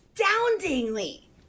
astoundingly